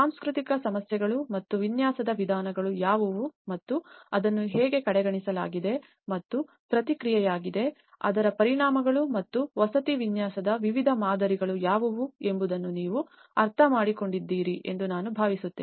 ಸಾಂಸ್ಕೃತಿಕ ಸಮಸ್ಯೆಗಳು ಮತ್ತು ವಿನ್ಯಾಸದ ವಿಧಾನಗಳು ಯಾವುವು ಮತ್ತು ಅದನ್ನು ಹೇಗೆ ಕಡೆಗಣಿಸಲಾಗಿದೆ ಮತ್ತು ಪ್ರತಿಕ್ರಿಯೆಯಾಗಿ ಅದರ ಪರಿಣಾಮಗಳು ಮತ್ತು ವಸತಿ ವಿನ್ಯಾಸದ ವಿವಿಧ ಮಾದರಿಗಳು ಯಾವುವು ಎಂಬುದನ್ನು ನೀವು ಅರ್ಥಮಾಡಿಕೊಂಡಿದ್ದೀರಿ ಎಂದು ನಾನು ಭಾವಿಸುತ್ತೇನೆ